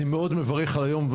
אני מאוד מברך על היום.